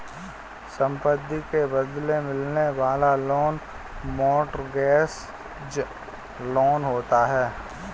संपत्ति के बदले मिलने वाला लोन मोर्टगेज लोन होता है